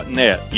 net